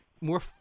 more